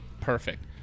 Perfect